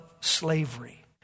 slavery